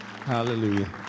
Hallelujah